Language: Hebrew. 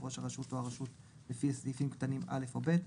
ראש הרשות או הרשות לניירות ערך לפי סעיפים קטנים א' או ב',